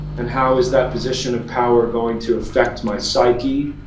and how is that position of power going to affect my psyche,